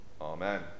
Amen